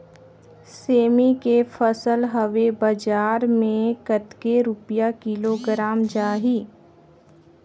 सेमी के फसल हवे बजार मे कतेक रुपिया किलोग्राम जाही?